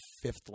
fifth